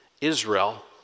Israel